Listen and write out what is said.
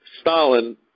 Stalin